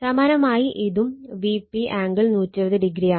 സമാനമായി ഇതും Vp angle 120o ആണ്